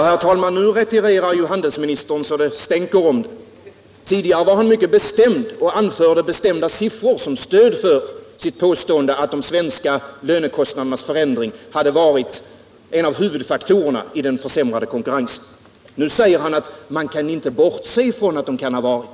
Herr talman! Nu retirerar handelsministern så det stänker om det. Tidigare var han bestämd och anförde även bestämda siffror som stöd för sitt påstående att de svenska lönekostnaderna hade varit en av huvudfaktorerna i den försämrade konkurrensen. Nu säger han att man inte kan bortse från att de kan ha varit det.